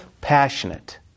passionate